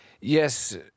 Yes